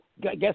guess